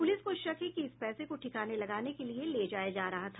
police को शक है कि इस पैसे को ठिकाने लगाने के लिए ले जाया जा रहा था